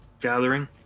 gathering